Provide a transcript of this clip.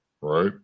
right